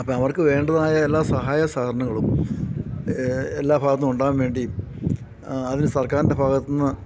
അപ്പോഴവർക്കു വേണ്ടതായ എല്ലാ സഹായ സഹകരണങ്ങളും എല്ലാ ഭാഗത്തുനിന്നും ഉണ്ടാവാൻ വേണ്ടി അതിന് സർക്കാരിൻ്റെ ഭാഗത്തുനിന്ന്